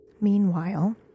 Meanwhile